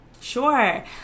Sure